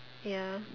ya